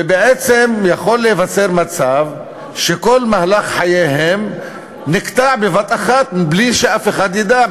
ובעצם יכול להיווצר מצב שכל מהלך חייהם נקטע בבת-אחת בלי שאף אחד ידע,